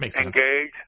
engage